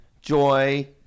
joy